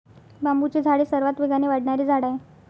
बांबूचे झाड हे सर्वात वेगाने वाढणारे झाड आहे